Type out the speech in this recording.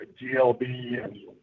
GLB